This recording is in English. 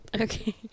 Okay